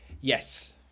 Yes